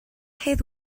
hedd